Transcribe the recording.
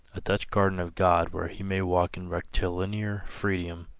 a dutch garden of god where he may walk in rectilinear freedom,